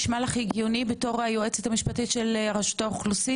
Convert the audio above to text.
נשמע לך הגיוני כיועצת המשפטית של רשות האוכלוסין